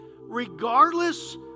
Regardless